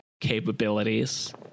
capabilities